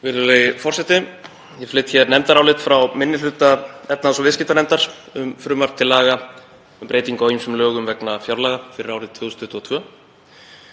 Virðulegi forseti. Ég flyt hér nefndarálit frá minni hluta efnahags- og viðskiptanefndar um frumvarp til laga um breytingu á ýmsum lögum vegna fjárlaga fyrir árið 2022.